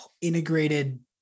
integrated